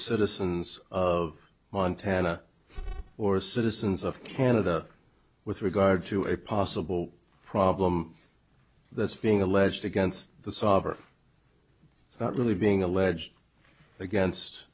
citizens of montana or citizens of canada with regard to a possible problem that's being alleged against the sovereign it's not really being alleged against